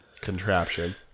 contraption